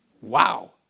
Wow